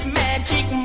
magic